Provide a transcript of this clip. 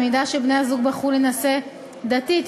אם בני-הזוג בחרו להינשא בנישואים דתיים,